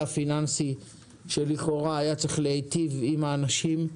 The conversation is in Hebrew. פיננסי שלכאורה היה צריך להיטיב עם האנשים,